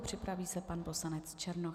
Připraví se pan poslanec Černoch.